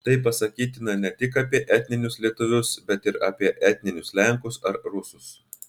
tai pasakytina ne tik apie etninius lietuvius bet ir apie etninius lenkus ar rusus